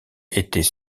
était